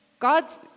God's